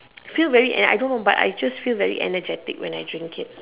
feel very eh I don't know I just feel very energetic when I drink it